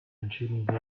entschieden